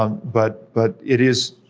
um but but it is,